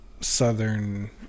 Southern